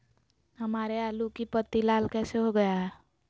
हमारे आलू की पत्ती लाल कैसे हो गया है?